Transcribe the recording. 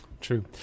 True